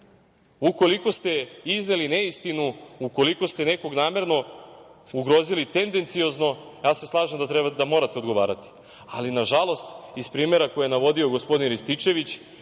Ukoliko ste izneli neistinu, ukoliko ste nekog namerno ugrozili, tendenciozno, ja se slažem da morate odgovarati, ali, nažalost, iz primera koji je navodio gospodin Rističević,